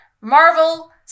Marvel